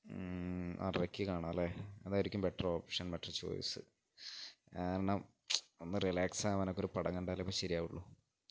ആറരയ്ക്ക് കാണാമല്ലേ അതായിരിക്കും ബെറ്റർ ഓപ്ഷൻ ബെറ്റർ ചോയ്സ് കാരണം ഒന്ന് റിലാക്സ് ആകാനൊക്കെയൊരു പടം കണ്ടാലേ ഇപ്പോള് ശരിയാവുകയുള്ളൂ